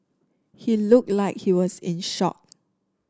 he looked like he was in shock